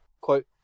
quote